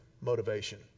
motivation